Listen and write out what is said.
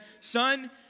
Son